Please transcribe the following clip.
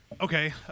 Okay